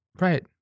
Right